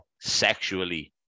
sexually